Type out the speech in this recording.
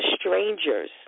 strangers